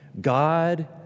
God